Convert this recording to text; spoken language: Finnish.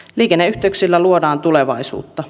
liikenneyhteyksillä luodaan tulevaisuutta